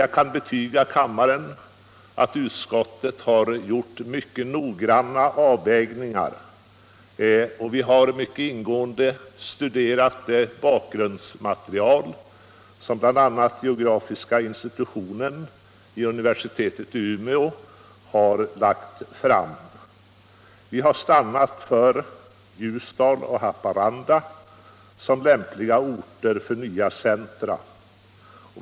Jag kan betyga för kammaren att vi har gjort mycket noggranna avvägningar och att vi mycket ingående har studerat det bakgrundsmaterial som bl.a. geografiska institutionen vid universitetet i Umeå har lagt fram. Vi har stannat för Ljusdal och Haparanda som lämpliga orter för nya centra.